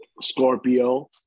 Scorpio